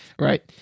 Right